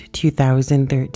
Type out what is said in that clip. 2013